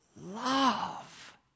love